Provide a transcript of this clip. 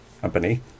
company